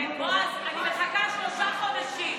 בועז, אני מחכה לקלינאית שלושה חודשים.